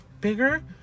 bigger